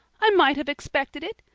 i might have expected it.